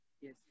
Yes